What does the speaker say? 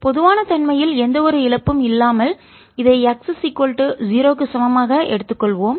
பொதுவான தன்மையில் எந்தவொரு இழப்பும் இல்லாமல் இதை x 0 க்கு சமமாக ஆக எடுத்துக் கொள்வோம்